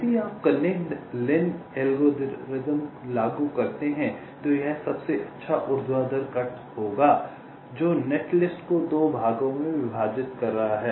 यदि आप Kernighan Lin algorithm लागू करते हैं तो यह सबसे अच्छा ऊर्ध्वाधर कट होगा जो नेटलिस्ट को 2 भागों में विभाजित कर रहा है